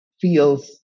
feels